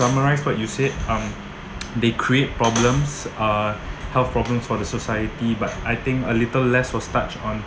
summarise what you said um they create problems uh health problems for the society but I think a little less was touched on